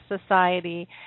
society